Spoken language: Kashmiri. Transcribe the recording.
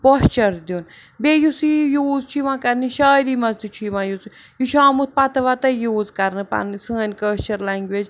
پوچھر دِیٛن بیٚیہِ یُس یہِ یوٗز چھُ یِوان کَرنہٕ شاعری منٛز تہِ چھُ یِوان یوٗز یہِ یہِ چھُ آمُت پَتہٕ وَتٔے یوٗز کَرنہٕ پَنٕنۍ سٲنۍ کٲشِر لنٛگویج